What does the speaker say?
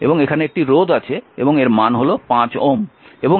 এবং এখানে একটি রোধ আছে এবং এর মান 5 Ω